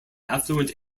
affluent